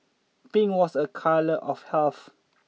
pink was a colour of health